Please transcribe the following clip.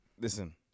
Listen